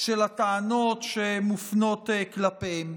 של הטענות שמופנות כלפיהם.